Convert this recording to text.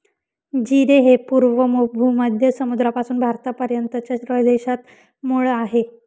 जीरे हे पूर्व भूमध्य समुद्रापासून भारतापर्यंतच्या प्रदेशात मूळ आहे